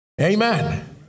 Amen